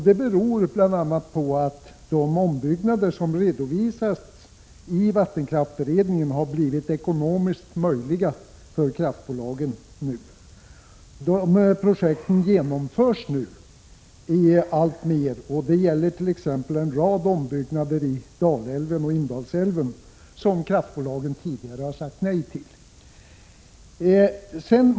Det beror bl.a. på att det nu har blivit ekonomiskt möjligt för kraftbolagen att göra de ombyggnader som redovisats i vattenkraftsberedningen. De projekten genomförs nu alltmer. Det gäller t.ex. en rad ombyggnader av kraftverk i Dalälven och Indalsälven som kraftbolagen tidigare har sagt nej till.